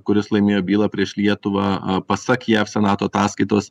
kuris laimėjo bylą prieš lietuvą a pasak jaf senato ataskaitos